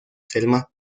selma